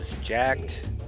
Jacked